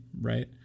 right